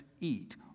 eat